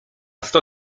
sto